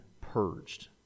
purged